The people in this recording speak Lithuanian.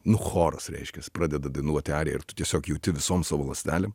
nu choras reiškias pradeda dainuoti ariją ir tu tiesiog jauti visom savo ląstelėm